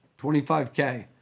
25K